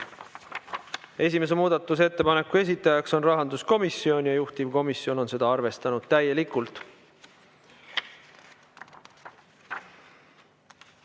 Esimese muudatusettepaneku esitaja on rahanduskomisjon ja juhtivkomisjon on seda arvestanud täielikult.